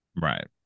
right